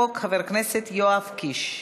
יציג את הצעת החוק חבר הכנסת יואב קיש.